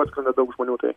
atskrenda daug žmonių tai